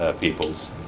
peoples